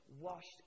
washed